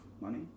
money